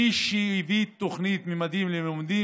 מי שהביא את תוכנית ממדים ללימודים,